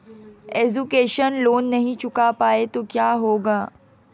Education loan नहीं चुका पाए तो क्या होगा?